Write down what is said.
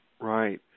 Right